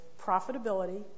profitability